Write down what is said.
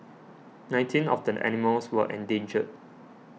nineteen of the animals were endangered